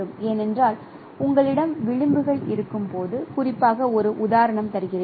ஏனென்றால் உங்களிடம் விளிம்புகள் இருக்கும்போது குறிப்பாக ஒரு உதாரணம் தருகிறேன்